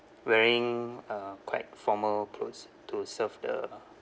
wearing uh quite formal clothes to serve the